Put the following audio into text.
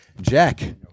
Jack